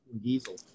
diesel